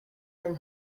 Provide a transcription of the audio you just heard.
from